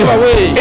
away